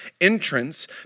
entrance